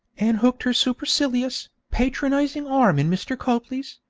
and hooked her supercilious, patronizing arm in mr. copley's,